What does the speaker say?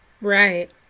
Right